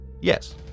Yes